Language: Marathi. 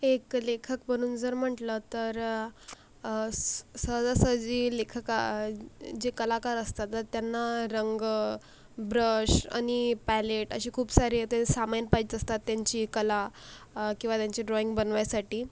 एक लेखक म्हणून जर म्हटलं तर स् सहजासहजी लेखक जे कलाकार असतात तर त्यांना रंग ब्रश आणि पॅलेट असे खूप सारे ते सामान पाहिजे असतात त्यांची कला किंवा त्यांची ड्रॉईंग बनवायसाठी